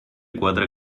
quatre